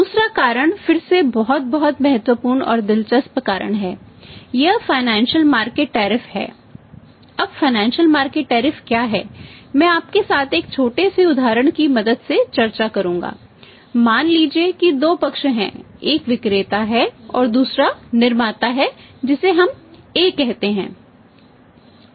दूसरा कारण फिर से बहुत बहुत महत्वपूर्ण और दिलचस्प कारण है यह फाइनेंशियल मार्केट टैरिफ क्या है मैं आपके साथ एक छोटे से उदाहरण की मदद से चर्चा करूंगा मान लीजिए कि दो पक्ष हैं एक विक्रेता है और दूसरा निर्माता है जिसे हम A कहते हैं